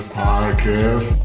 podcast